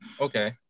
Okay